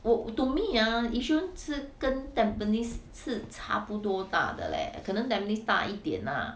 我 to me ah yishun 是跟 tampines 是差不多大的 leh 可能 tampines 大一点 lah